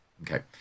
Okay